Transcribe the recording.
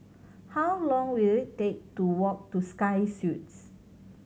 how long will it take to walk to Sky Suites